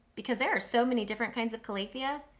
because there are so many different kinds of calathea,